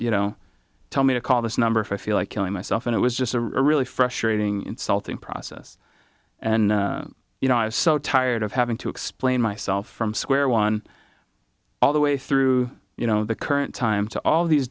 you know tell me to call this number five feel like killing myself and it was just a really frustrating insulting process and you know i was so tired of having to explain myself from square one all the way through you know the current time to all these